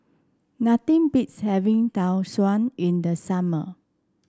nothing beats having Tau Suan in the summer